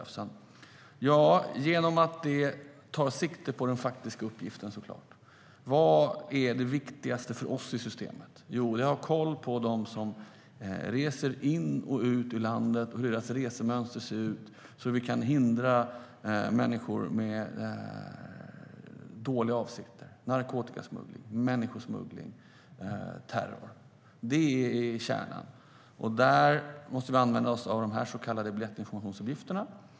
Det kan vi genom att ta sikte på den faktiska uppgiften. Vad är det viktigaste för oss i systemet? Det är att ha koll på dem som reser in och ut ur landet och på deras resemönster så att vi kan hindra människor med dåliga avsikter såsom narkotikasmuggling, människosmuggling och terror. Det är kärnan. Där måste vi använda oss av de så kallade biljettinformationsuppgifterna.